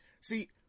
See